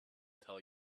tell